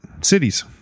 cities